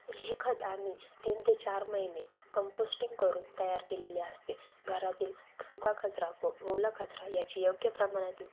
हे खत आम्ही तीन ते चार महिने कंपोस्टिंग करून तयार केलेले असते घरातील सुका कचरा व ओला कचरा याची योग्य प्रमाणातील